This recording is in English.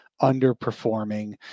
underperforming